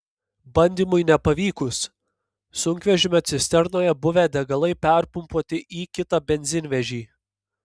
bandymui nepavykus sunkvežimio cisternoje buvę degalai perpumpuoti į kitą benzinvežį